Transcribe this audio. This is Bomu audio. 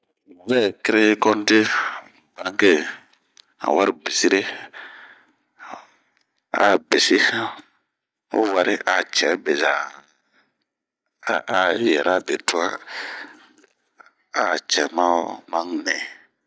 Unh vɛ kreye konte banke an wari besire a besi hanh ho wari a cɛɛ bezaa,a yɛra be tuan a cɛra ma n'ni.